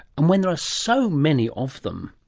and when there are so many of them.